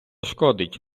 шкодить